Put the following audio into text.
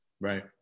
Right